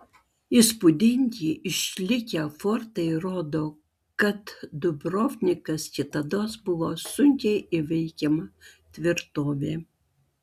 įspūdingi išlikę fortai rodo kad dubrovnikas kitados buvo sunkiai įveikiama tvirtovė